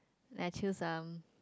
I choose um